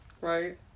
Right